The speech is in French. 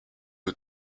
aux